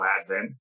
advent